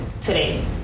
today